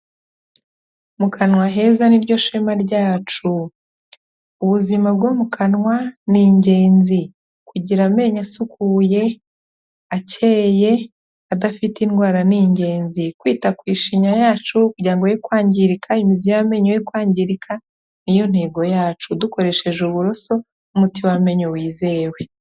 Mu kanwa heza ni ryo shema ryacu, ubuzima bwo mu kanwa ni ingenzi, kugira amenyo asukuye, akeye, adafite indwara ni igenzi, kwita ku ishinya yacu kugira ngo ye kwangirika, imizi y'amenyo ye kwangirika ni yo ntego yacu, dukoresheje uburoso n'umuti w'amenya wizewe.